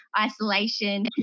isolation